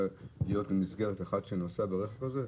להיות במסגרת של מישהו שנוסע ברכב הזה?